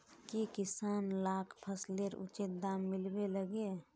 की किसान लाक फसलेर उचित दाम मिलबे लगे?